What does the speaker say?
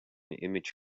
image